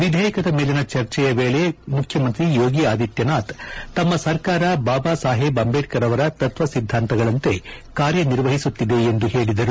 ವಿಧೇಯಕದ ಮೇಲಿನ ಚರ್ಚೆಯ ವೇಳೆ ಮುಖ್ಯಮಂತ್ರಿ ಯೋಗಿ ಆದಿತ್ತನಾಥ್ ತಮ್ನ ಸರ್ಕಾರ ಬಾಬಾ ಸಾಹೇಬ್ ಅಂಬೇಡ್ತರ್ ಅವರ ತತ್ತ ಸಿದ್ಧಾಂತಗಳಂತೆ ಕಾರ್ಯ ನಿರ್ವಹಿಸುತ್ತಿದೆ ಎಂದು ಹೇಳಿದರು